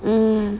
mm